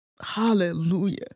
hallelujah